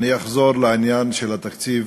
אני אחזור לעניין התקציב.